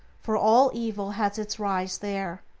for all evil has its rise there,